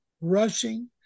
rushing